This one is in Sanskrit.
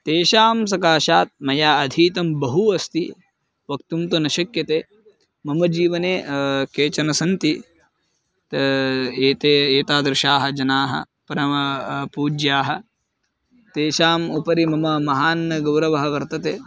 तेषां सकाशात् मया अधीतं बहु अस्ति वक्तुं तु न शक्यते मम जीवने केचन सन्ति एते एतादृशाः जनाः परम पूज्याः तेषाम् उपरि मम महान् गौरवः वर्तते